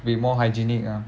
be more hygienic ah